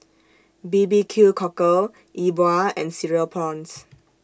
B B Q Cockle Yi Bua and Cereal Prawns